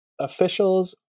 officials